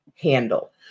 handle